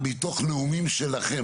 זה מתוך נאומים שלכם.